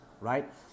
right